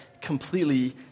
completely